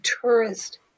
tourist